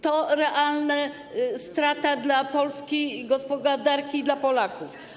To realna strata dla polskiej gospodarki i dla Polaków.